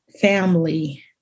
family